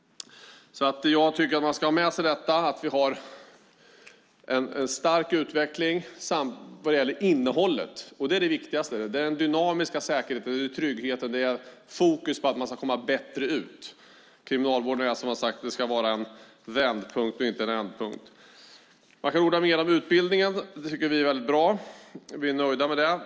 Jag tycker att man ska ha med sig att vi har en stark utveckling vad gäller innehållet, och det är det viktigaste. Det handlar om den dynamiska säkerheten och tryggheten. Det är fokus på att man ska komma bättre ut. Kriminalvården ska vara en vändpunkt, inte en ändpunkt. Man kan orda mer om utbildningen. Det tycker vi är väldigt bra. Vi är nöjda med det.